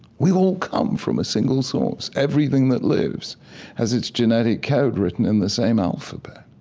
we all come from a single source. everything that lives has its genetic code written in the same alphabet.